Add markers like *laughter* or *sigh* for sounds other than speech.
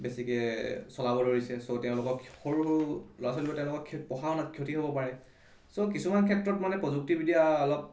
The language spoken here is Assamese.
বেছিকে চলাব ধৰিছে চ' তেওঁলোকক সৰু ল'ৰা ছোৱালী তেওঁলোকক *unintelligible* পঢ়া শুনাত ক্ষতি হ'ব পাৰে চ' কিছুমান ক্ষেত্ৰত মানে প্ৰযুক্তিবিদ্যা অলপ